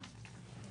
גור בליי,